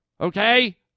Okay